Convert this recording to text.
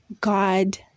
God